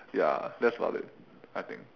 ya that's about it I think